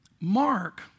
Mark